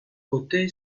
côté